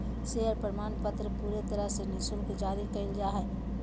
share प्रमाणपत्र पूरे तरह से निःशुल्क जारी कइल जा हइ